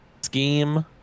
scheme